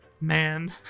man